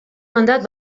mandat